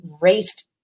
raced